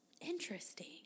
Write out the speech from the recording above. Interesting